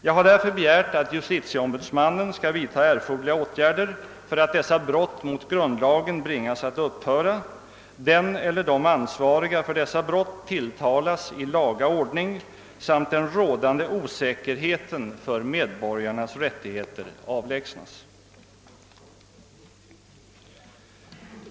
Jag har därför begärt att justitieombudsmannen skall vidtaga erforderliga åtgärder för att dessa brott mot grundlagen bringas att upphöra, den eller de ansvariga för dessa brott tilltalas i laga ordning samt den rådande osäkerheten för medborgarnas rättigheter avlägsnas.